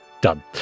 Done